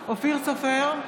אופיר סופר,